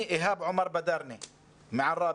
"אני איהאב עומאר בדארנה מעראבה,